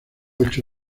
ocho